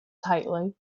tightly